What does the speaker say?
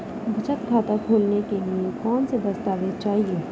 बचत खाता खोलने के लिए कौनसे दस्तावेज़ चाहिए?